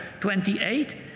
28